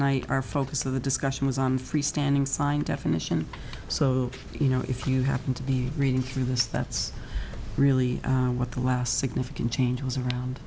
night our focus of the discussion was on free standing sign definition so you know if you happen to be reading through this that's really what the last significant change was around